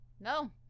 No